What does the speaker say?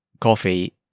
coffee